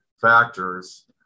factors